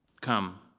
Come